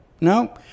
no